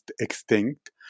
extinct